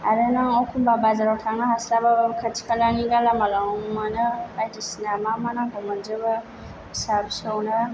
आरो नों एकमबा बाजाराव थांनो हास्लाबाबा खाथि खालानि गाला मालायावनो मोनो बाइदिसिना मा मा नांगौ मोनजोबो फिसा फिसौनो